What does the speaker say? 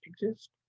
exist